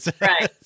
Right